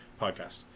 Podcast